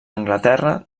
anglaterra